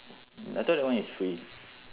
I thought that one is free